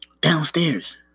downstairs